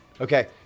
Okay